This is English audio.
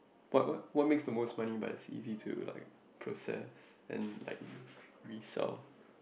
what what what makes the most money but is easy to like process and like resell